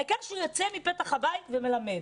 העיקר שהוא יוצא מפתח הבית ומלמד.